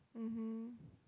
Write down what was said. mmhmm